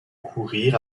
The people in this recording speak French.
courir